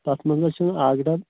تَتھ منٛز حظ چھِ اَکھ ڈَبہٕ